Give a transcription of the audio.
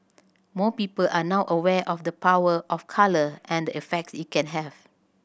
more people are now aware of the power of colour and effects it can have